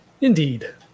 Indeed